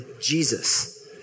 Jesus